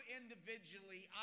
individually